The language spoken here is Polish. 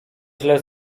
źle